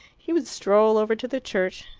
he would stroll over to the church,